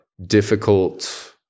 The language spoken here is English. difficult